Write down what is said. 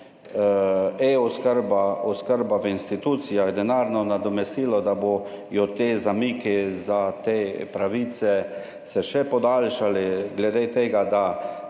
oskrba v institucijah, denarno nadomestilo, da bodo ti zamiki za te pravice se še podaljšali. Glede tega, da